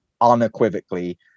unequivocally